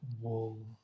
wool